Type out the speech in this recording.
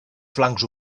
flancs